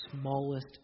smallest